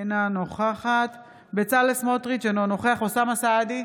אינה נוכחת בצלאל סמוטריץ' אינו נוכח אוסאמה סעדי,